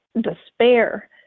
despair